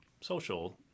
social